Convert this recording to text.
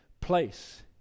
place